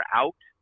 out